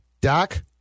Doc